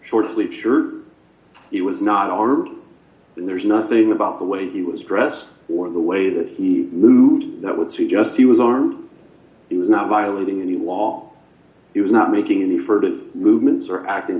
short sleeved shirt he was not armed and there is nothing about the way he was dressed or the way that he moved that would suggest he was armed he was not d violating any law he was not making any furtive movements or acting